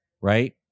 right